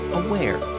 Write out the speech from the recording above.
aware